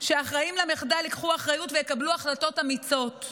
שהאחרים למחדל ייקחו אחריות ויקבלו החלטות אמיצות.